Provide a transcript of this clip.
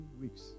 weeks